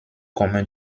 communs